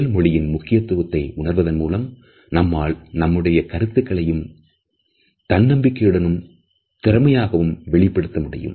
உடல் மொழியின் முக்கியத்துவத்தை உணர்வதன் மூலம் நம்மால் நம்முடைய கருத்துக்களை தன்னம்பிக்கையுடனும் திறமையாகவும் வெளிப்படுத்த முடியும்